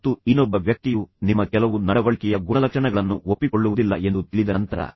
ಮತ್ತು ಇನ್ನೊಬ್ಬ ವ್ಯಕ್ತಿಯು ನಿಮ್ಮ ಕೆಲವು ನಡವಳಿಕೆಯ ಗುಣಲಕ್ಷಣಗಳನ್ನು ಒಪ್ಪಿಕೊಳ್ಳುವುದಿಲ್ಲ ಎಂದು ನಿಮಗೆ ತಿಳಿದ ನಂತರ